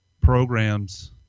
programs